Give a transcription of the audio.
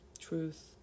truth